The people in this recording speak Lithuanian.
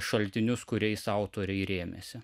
šaltinius kuriais autoriai rėmėsi